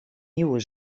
nieuwe